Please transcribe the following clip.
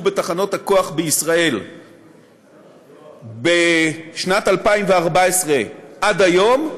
בתחנות הכוח בישראל בשנת 2014 להיום,